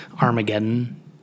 Armageddon